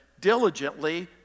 diligently